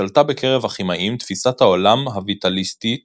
שלטה בקרב הכימאים תפיסת העולם הויטליסטית